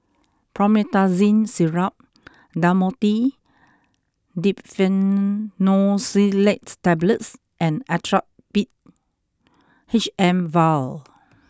Promethazine Syrup Dhamotil Diphenoxylate Tablets and Actrapid H M vial